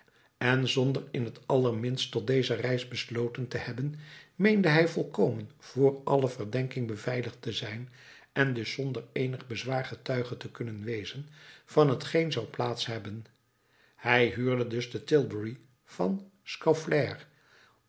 en zonder in het allerminst tot deze reis besloten te hebben meende hij volkomen voor alle verdenking beveiligd te zijn en dus zonder eenig bezwaar getuige te kunnen wezen van t geen zou plaats hebben hij huurde dus de tilbury van